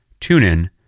TuneIn